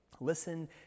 Listen